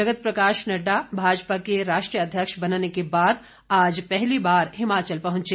जगत प्रकाश नड्डा भाजपा के राष्ट्रीय अध्यक्ष बनने के बाद आज पहली बार हिमाचल पहुंचे